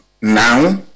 Now